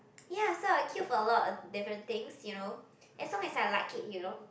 ya so I'll queue for a lot of different things you know as long as I like it you know